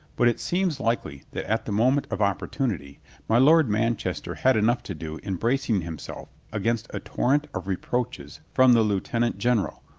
but it seems likely that at the moment of opportunity my lord manchester had enough to do in bracing himself against a torrent of reproaches from the lieutenant general,